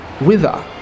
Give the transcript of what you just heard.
wither